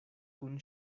kun